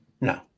No